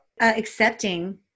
accepting